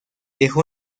dejó